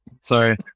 Sorry